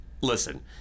listen